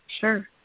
sure